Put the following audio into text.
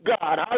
God